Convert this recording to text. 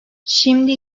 şimdi